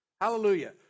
Hallelujah